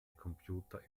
computer